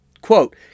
Quote